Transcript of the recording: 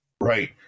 Right